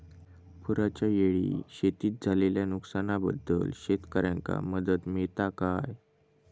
पुराच्यायेळी शेतीत झालेल्या नुकसनाबद्दल शेतकऱ्यांका मदत मिळता काय?